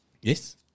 Yes